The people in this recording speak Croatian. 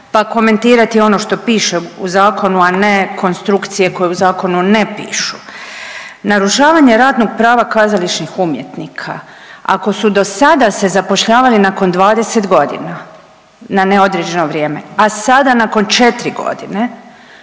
pa komentirati ono što piše u zakonu, a ne konstrukcije koje u zakonu ne pišu. Narušavanje radnog prava kazališnih umjetnika, ako su dosada se zapošljavali nakon 20 godina na neodređeno vrijeme, a sada nakon 4 godine